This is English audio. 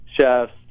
chefs